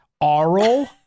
Aural